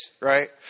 right